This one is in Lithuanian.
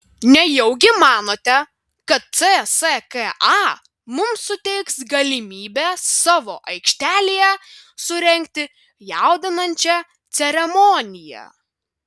nejaugi manote kad cska mums suteiks galimybę savo aikštelėje surengti jaudinančią ceremoniją